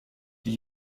die